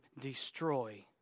destroy